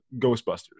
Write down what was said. Ghostbusters